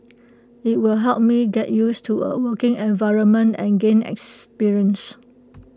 IT will help me get used to A working environment and gain experience